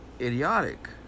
idiotic